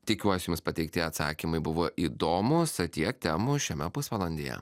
tikiuosi jums pateikti atsakymai buvo įdomūs tiek temų šiame pusvalandyje